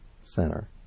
Center